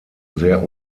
sehr